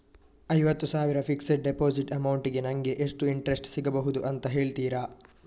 ಐವತ್ತು ಸಾವಿರ fixed deposit amount ಗೆ ನಂಗೆ ಎಷ್ಟು ಇಂಟ್ರೆಸ್ಟ್ ಸಿಗ್ಬಹುದು ಅಂತ ಹೇಳ್ತೀರಾ?